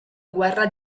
guerra